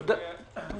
תודה.